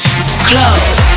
CLOSE